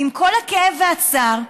ועם כל הכאב והצער,